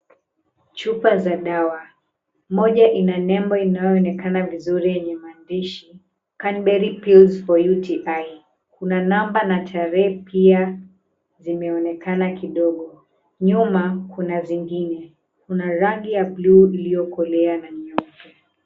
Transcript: Chupa za dawa, moja ina nembo inayoonekana vizuri yenye maandishi, Canberry Pills For UTI . Kuna namba na tarehe pia zimeonekana kidogo. Nyuma kuna zingine. Kuna rangi ya buluu iliyokolea na nyeupe.